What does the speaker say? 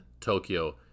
Tokyo